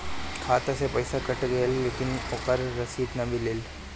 खाता से पइसा कट गेलऽ लेकिन ओकर रशिद न मिलल?